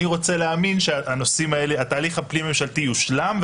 אני רוצה להאמין שהתהליך הפנים ממשלתי יושלם,